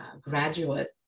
graduate